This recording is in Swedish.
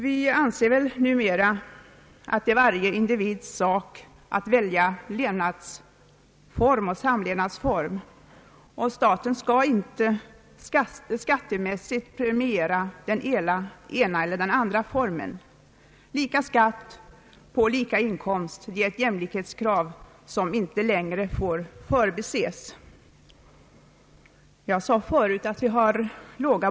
Vi anser numera att det är varje individs sak att välja levnadsform och att staten inte skattemässigt bör premiera den ena eller andra formen. Lika skatt för lika inkomst är ett jämlikhetskrav som inte längre får förbises. Jag sade förut att barnbidragen är låga.